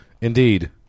Indeed